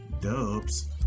dubs